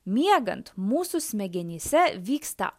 miegant mūsų smegenyse vyksta